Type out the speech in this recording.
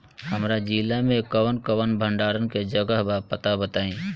हमरा जिला मे कवन कवन भंडारन के जगहबा पता बताईं?